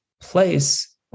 place